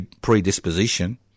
predisposition